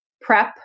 prep